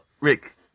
Rick